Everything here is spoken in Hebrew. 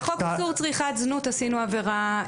בחוק הקורונה יש עבירות כאלה.